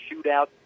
shootout